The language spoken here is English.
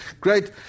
great